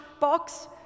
box